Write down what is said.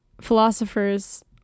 philosophers